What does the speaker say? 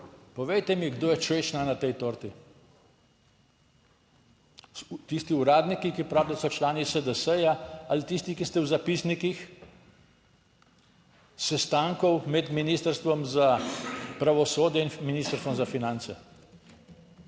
Povejte mi, kdo je češnja na tej torti? Tisti uradniki, ki pravijo, da so člani SDS ali tisti, ki ste v zapisnikih sestankov med Ministrstvom za pravosodje in Ministrstvom za finance.